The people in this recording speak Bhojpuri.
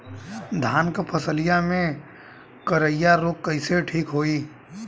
धान क फसलिया मे करईया रोग कईसे ठीक होई?